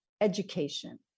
education